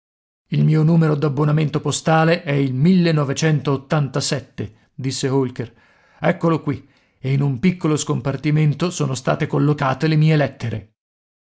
il mio numero d'abbonamento postale è il disse holker eccolo qui e in un piccolo scompartimento sono state collocate le mie lettere